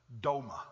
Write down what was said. doma